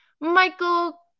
Michael